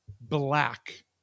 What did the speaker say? black